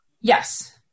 Yes